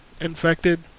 infected